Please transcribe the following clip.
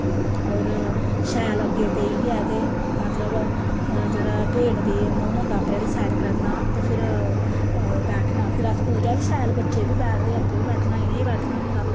होर शैल अग्गें बेहियै ते मतलब जेह्ड़ा भेंट दी मूंह् होंदा अपने आह्ली साइड करना ते फिर बैठना फिर अस पूजा बी शैल बच्चे बी बैठदे आपू बी बैठना इ'नें बी बैठना होंदा